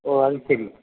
ഓ അത് ശരി